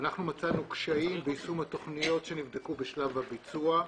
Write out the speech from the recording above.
אנחנו מצאנו קשיים ביישום התוכניות שנבדקו בשלב הביצוע.